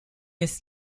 his